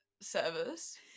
service